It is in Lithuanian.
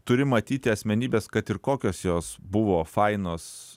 turi matyti asmenybes kad ir kokios jos buvo fainos